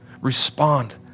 respond